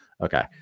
Okay